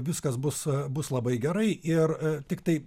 viskas bus bus labai gerai ir tiktai